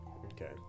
Okay